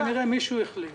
כנראה מישהו החליט